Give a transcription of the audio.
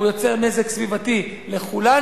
הוא יוצר נזק סביבתי לכולנו,